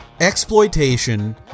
exploitation